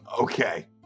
Okay